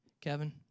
Kevin